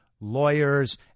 lawyers